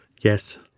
yes